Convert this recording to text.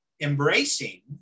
embracing